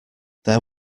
there